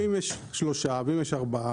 ואם יש שלושה, ואם יש ארבעה?